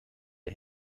der